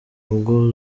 ubwo